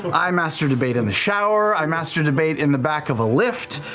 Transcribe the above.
i master debate in the shower. i master debate in the back of a lyft.